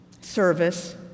Service